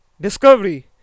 discovery